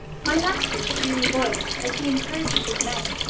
my master's cheery voice, as he encouraged his men,